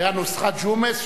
היתה נוסחת ג'ומס,